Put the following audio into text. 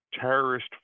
terrorist